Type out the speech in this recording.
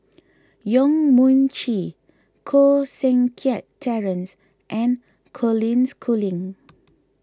Yong Mun Chee Koh Seng Kiat Terence and Colin Schooling